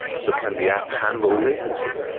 so can the app handle latency?